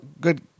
good